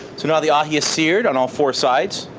so now the ahi is seared on all four sides,